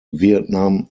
vietnam